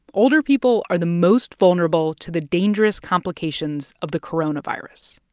older people are the most vulnerable to the dangerous complications of the coronavirus.